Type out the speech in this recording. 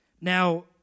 Now